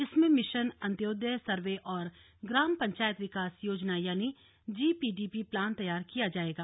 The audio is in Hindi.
इसमें मिशन अन्त्योदय सर्वे और ग्राम पंचायत विकास योजना यानि जीपीडीपी प्लान तैयार किया जाएगा